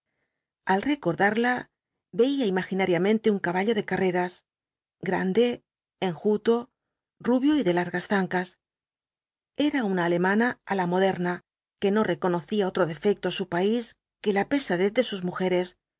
al recordarla veía imaginariamente un caballo de carreras grande enjuto rubio y de largas zancas era una alemana á la moderna que no reconocía otro defecto á su país que la pesadez de sus mujeres